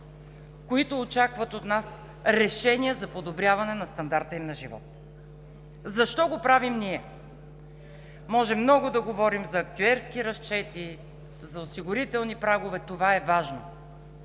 които очакват от нас решение за подобряване на стандарта им на живот. Защо го правим ние? Можем много да говорим за актюерски разчети, за осигурителни прагове – това е важно,